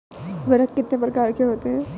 उर्वरक कितने प्रकार के होते हैं?